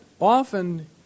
often